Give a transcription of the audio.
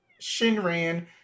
Shinran